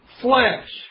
flesh